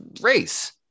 race